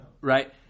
Right